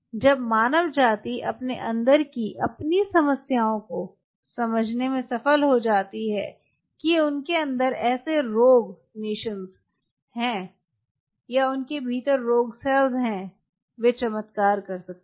जब मानव जाति अपने अंदर की अपनी समस्या को समझने में सफल हो जाती है कि उनके अंदर ऐसे रोग नेशंस हैं या उनके भीतर रोग सेल्स हैं वे चमत्कार कर सकते हैं